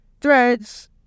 threads